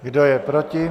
Kdo je proti?